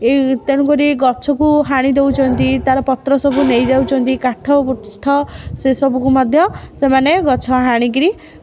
ଏହି ତେଣୁକରି ଏହି ଗଛକୁ ହାଣି ଦେଉଛନ୍ତି ତା'ର ପତ୍ର ସବୁ ନେଇଯାଉଛନ୍ତି ତା'ର କାଠକୁଠ ସେ ସବୁକୁ ମଧ୍ୟ ସେମାନେ ଗଛ ହାଣିକରି